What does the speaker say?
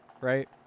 right